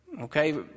Okay